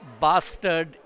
bastard